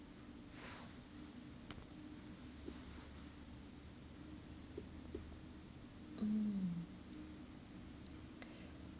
mm